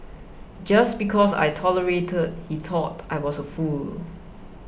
just because I tolerated he thought I was a fool